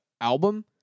album